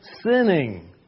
sinning